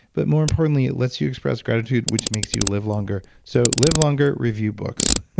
but more importantly it lets you express gratitude, which makes you live longer so, live longer, review books.